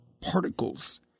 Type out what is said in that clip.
particles